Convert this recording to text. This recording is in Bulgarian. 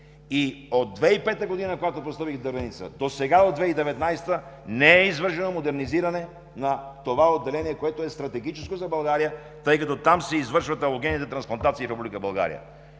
От 2005 г., когато ги поставих в „Дървеница“, досега, до 2019 г., не е извършено модернизиране на това отделение, което е стратегическо за България. Там се извършват алогенните трансплантации в Република България.